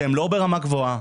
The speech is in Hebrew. שהם לא ברמה גבוהה,